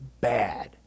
Bad